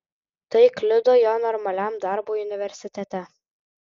tai kliudo jo normaliam darbui universitete